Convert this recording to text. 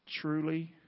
Truly